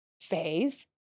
phase